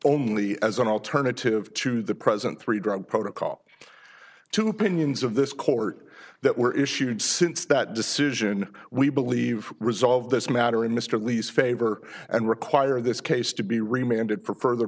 only as an alternative to the present three drug protocol to opinions of this court that were issued since that decision we believe resolve this matter in mr lee's favor and require this case to be reminded for furthe